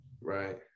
right